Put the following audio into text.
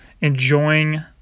enjoying